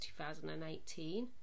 2018